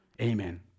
Amen